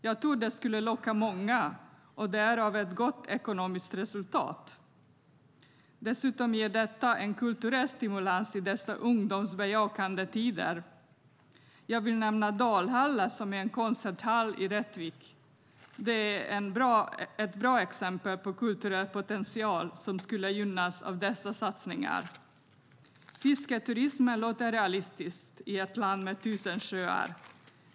Jag tror att det skulle locka många och därför ge ett gott ekonomiskt resultat. Dessutom ger detta en kulturell stimulans i dessa ungdomsbejakande tider. Jag vill nämna Dalhalla, som är en konserthall i Rättvik. Det är ett bra exempel på kulturell potential som skulle gynnas av dessa satsningar. Fisketurism låter realistisk i ett land med tusen sjöar.